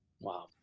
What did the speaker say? Wow